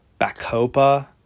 bacopa